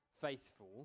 faithful